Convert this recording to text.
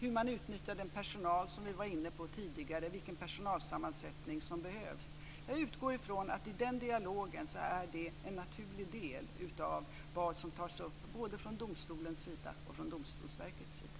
Vi var tidigare inne på frågan om hur man utnyttjar personalen och vilken personalsammansättning som behövs. Jag utgår från att detta är en naturlig del i den här dialogen. Det gäller det som tas upp både från domstolens sida och från Domstolsverkets sida.